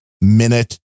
minute